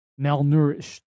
malnourished